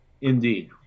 Indeed